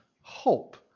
hope